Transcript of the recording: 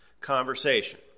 conversation